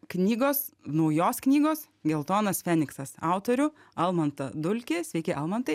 knygos naujos knygos geltonas feniksas autorių almantą dulkį sveiki almantai